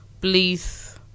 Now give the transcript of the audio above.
please